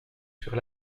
sur